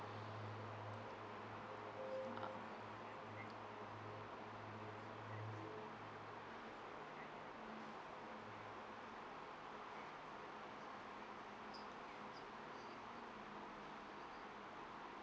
uh